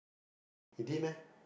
he did meh